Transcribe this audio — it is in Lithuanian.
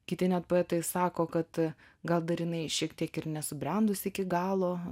kiti net poetai sako kad gal dar jinai šiek tiek ir nesubrendusi iki galo